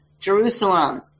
Jerusalem